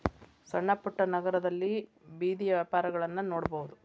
ಸಣ್ಣಪುಟ್ಟ ನಗರದಲ್ಲಿ ಬೇದಿಯ ವ್ಯಾಪಾರಗಳನ್ನಾ ನೋಡಬಹುದು